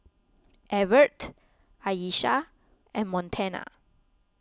Evertt Ayesha and Montana